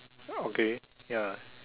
okay ya